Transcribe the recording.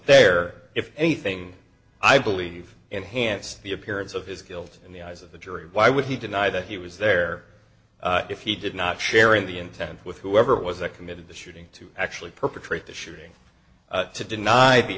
there if anything i believe enhanced the appearance of his guilt in the eyes of the jury why would he deny that he was there if he did not share in the intent with whoever it was that committed the shooting to actually perpetrate the shooting to deny the